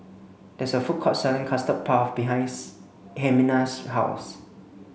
there is a food court selling custard puff behinds Ximena's house